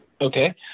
Okay